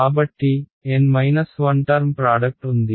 కాబట్టి N 1 term product ఉంది